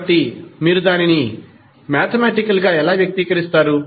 కాబట్టి మీరు దానిని మాథెమాటికల్ గా ఎలా వ్యక్తీకరిస్తారు